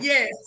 Yes